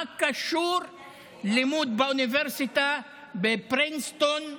מה קשור לימוד באוניברסיטה בפרינסטון,